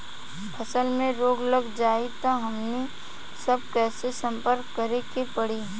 फसल में रोग लग जाई त हमनी सब कैसे संपर्क करें के पड़ी?